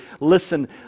Listen